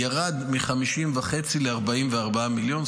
ירד מ-50.5 ל-44 מיליון,